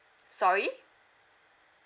sorry